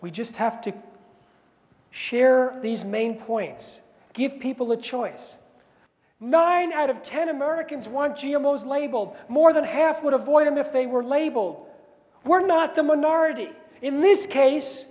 we just have to share these main points give people a choice nine out of ten americans want you most labeled more than half would avoid them if they were labeled were not the minority in this case